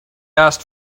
asked